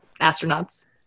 astronauts